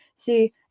See